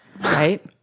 Right